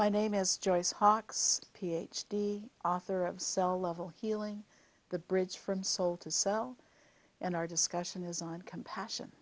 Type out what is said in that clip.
my name is joyce hawkes ph d author of cell level healing the bridge from soul to cell and our discussion is on compassion